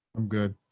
i'm good.